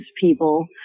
people